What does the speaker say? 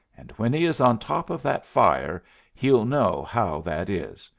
and when he is on top of that fire he'll know how that is.